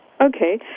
Okay